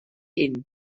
hyn